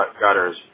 gutters